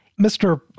Mr